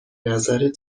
نظرت